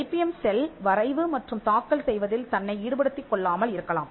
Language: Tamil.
ஐபிஎம் செல் வரைவு மற்றும் தாக்கல் செய்வதில் தன்னை ஈடுபடுத்திக் கொள்ளாமல் இருக்கலாம்